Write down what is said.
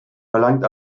verlangt